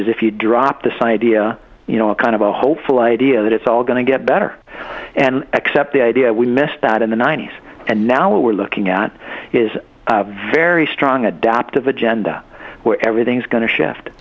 is if you drop this idea you know a kind of a hopeful idea that it's all going to get better and accept the idea we missed that in the ninety's and now we're looking at is a very strong adaptive agenda where everything's going to shift